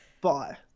bye